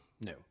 No